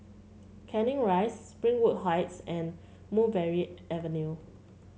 Canning Rise Springwood Heights and Mulberry Avenue